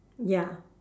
ya